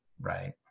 Right